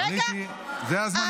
רגע --- זה הזמן לשמור על שקט.